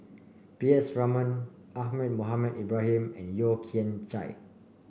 P S Raman Ahmad Mohamed Ibrahim and Yeo Kian Chye